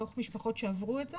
מתוך משפחות שעברו את זה,